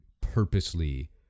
purposely